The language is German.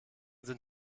sind